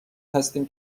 هستیم